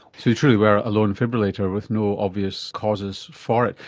so you truly were a lone fibrillator with no obvious causes for it.